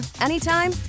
anytime